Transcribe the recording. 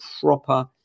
proper